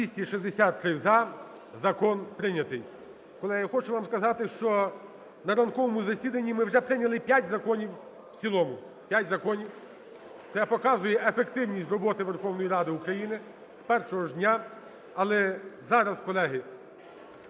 За-263 Закон прийнятий. Колеги, хочу вам сказати, що на ранковому засіданні ми вже прийняли 5 законів в цілому, 5 законів. Це показує ефективність роботи Верховної Ради України з першого ж дня. Але зараз, колеги,